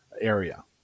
area